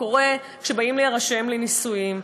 קורה כשבאים להירשם לנישואין.